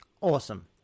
Awesome